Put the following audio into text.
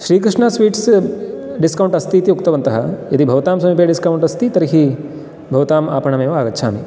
Shrikrishna sweets discount अस्ति इति उक्तवन्तः यदि भवतां समीपे डिस्कौण्ट् अस्ति तर्हि भवताम् आपणम् एव आगच्छामि